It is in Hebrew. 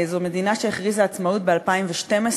זו מדינה שהכריזה עצמאות ב-2012,